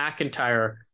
McIntyre